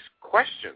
questions